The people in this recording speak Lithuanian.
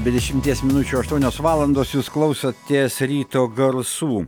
be dešimties minučių aštuonios valandos jūs klausotės ryto garsų